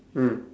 mm